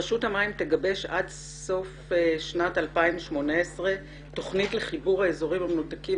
"רשות המים תגבש עד סוף שנת 2018 תוכנית לחיבור האזורים המנותקים